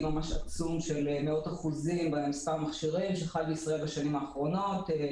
גידול עצום של מאות אחוזים במספר המכשירים שחל בישראל בשנים האחרונות.